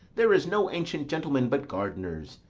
there is no ancient gentlemen but gardeners,